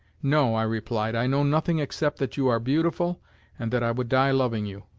no, i replied, i know nothing except that you are beautiful and that i would die, loving you.